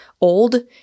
old